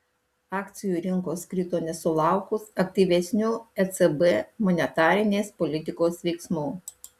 akcijų rinkos krito nesulaukus aktyvesnių ecb monetarinės politikos veiksmų